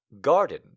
Garden